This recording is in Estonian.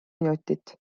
minutit